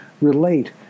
relate